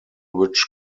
which